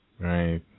Right